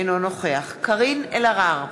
אינו נוכח קארין אלהרר,